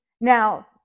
Now